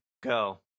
go